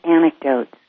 anecdotes